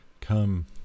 come